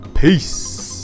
Peace